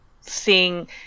seeing